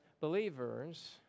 believers